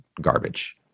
garbage